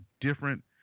different